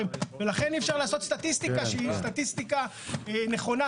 ולכן אי אפשר לעשות סטטיסטיקה שהיא סטטיסטיקה נכונה,